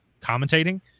commentating